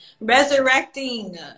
resurrecting